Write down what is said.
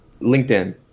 LinkedIn